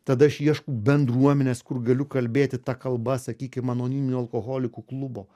tada aš ieškau bendruomenės kur galiu kalbėti ta kalba sakykim anoniminių alkoholikų klubo